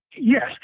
Yes